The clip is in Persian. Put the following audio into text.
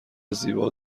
زیبا